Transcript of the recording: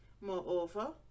Moreover